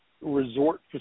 resort